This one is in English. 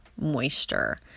moisture